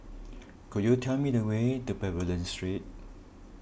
could you tell me the way to Pavilion Street